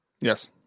Yes